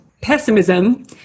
pessimism